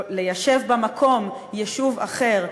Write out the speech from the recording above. ליישב במקום יישוב אחר,